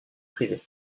privé